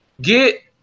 get